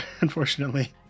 unfortunately